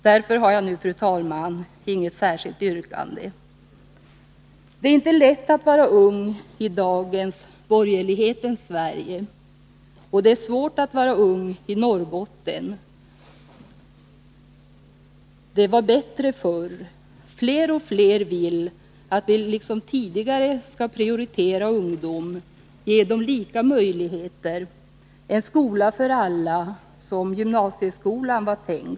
Därför har jag nu, fru Det är inte lätt att vara ung i dagens, borgerlighetens Sverige, och det är svårt att vara ung i Norrbotten. Det var bättre förr. Fler och fler vill att vi liksom tidigare skall prioritera ungdomarna, ge dem lika möjligheter och en skola för alla, som gymnasieskolan var tänkt.